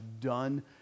done